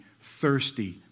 thirsty